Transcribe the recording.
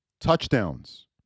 touchdowns